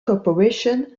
corporation